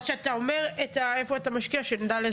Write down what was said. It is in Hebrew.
כשאתה אומר איפה אתה משקיע, שנדע באיזה כלא.